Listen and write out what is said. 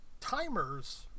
timers